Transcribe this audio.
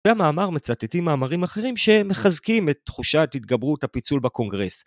גם המאמר מצטטים מאמרים אחרים שמחזקים את תחושת התגברות הפיצול בקונגרס.